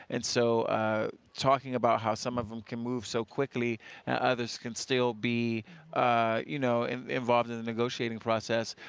and so talking about how some of them can move so quickly and others can still be ah you know involved in the negotiating process,